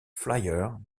flyers